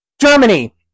Germany